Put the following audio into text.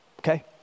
Okay